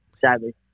Sadly